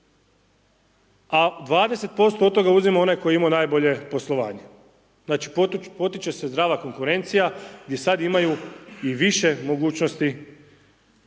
a 20% od toga uzima onaj tko je imao najbolje poslovanje. Znači potiče se zdrava konkurencija i sada imaju i više mogućnosti